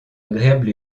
agréable